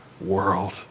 world